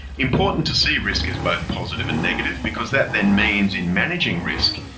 important to see risk as both positive and negative, because that then means in managing risk,